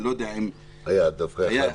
אני לא יודע אם --- היה דווקא אחד.